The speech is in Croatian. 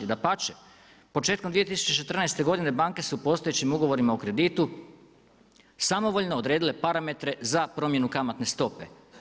Dapače, početkom 2014. godine, banke su u postojećim ugovorima o kreditu samovoljno odredile parametre za promjenu kamatne stope.